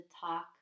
talk